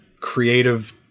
creative